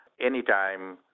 Anytime